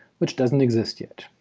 which doesn't exist yet.